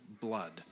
blood